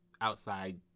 outside